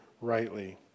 rightly